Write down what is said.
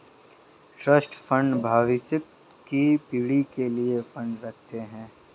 trust fund भविष्य की पीढ़ी के लिए फंड रखते हैं